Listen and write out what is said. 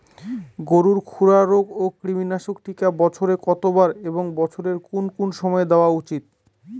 গরুর খুরা রোগ ও কৃমিনাশক টিকা বছরে কতবার এবং বছরের কোন কোন সময় দেওয়া উচিৎ?